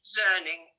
learning